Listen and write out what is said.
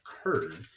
occurred